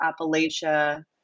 Appalachia